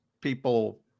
people